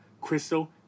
Crystal